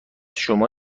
شما